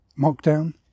mockdown